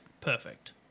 Perfect